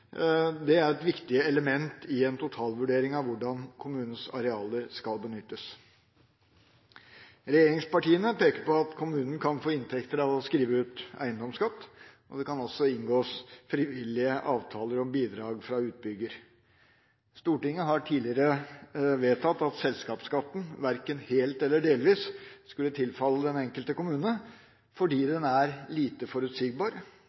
til kommunene et viktig element i en totalvurdering av hvordan kommunens arealer skal benyttes. Regjeringspartiene peker på at kommunene kan få inntekter av å skrive ut eiendomsskatt. Det kan også inngås frivillige avtaler om bidrag fra utbygger. Stortinget har tidligere vedtatt at selskapsskatten verken helt eller delvis skulle tilfalle den enkelte kommune, fordi den er lite forutsigbar.